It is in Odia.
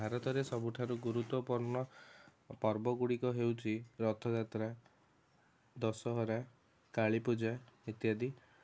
ଭାରତରେ ସବୁଠାରୁ ଗୁରୁତ୍ୱପୂର୍ଣ୍ଣ ପର୍ବ ଗୁଡ଼ିକ ହେଉଛି ରଥଯାତ୍ରା ଦଶହରା କାଳୀପୂଜା ଇତ୍ୟାଦି